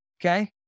okay